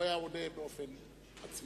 הוא היה עונה באופן עצמאי.